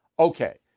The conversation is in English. Okay